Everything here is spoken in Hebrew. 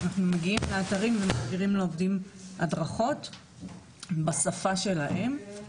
אנחנו מגיעים לאתרים ומעבירים לעובדים הדרכות בשפה שלהם.